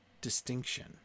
distinction